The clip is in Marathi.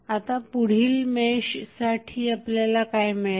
आता पुढील मेशसाठी आपल्याला काय मिळेल